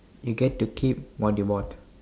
you get to keep what you bought